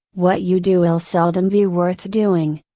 what you do will seldom be worth doing.